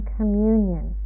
communion